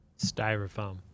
Styrofoam